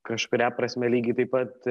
kažkuria prasme lygiai taip pat